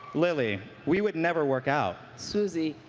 lilly, we would never work out. swoozie.